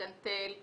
"גן תל",